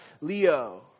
leo